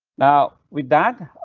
now with that, ah?